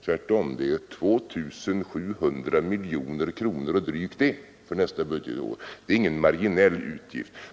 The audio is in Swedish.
Tvärtom, det rör sig om 2 700 miljoner kronor för nästa budgetår, och det är ingen marginell utgift.